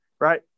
Right